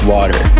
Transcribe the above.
Water